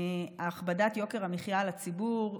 הכבדת יוקר המחיה על הציבור,